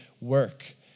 work